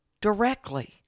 directly